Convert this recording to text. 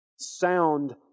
Sound